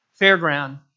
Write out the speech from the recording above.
fairground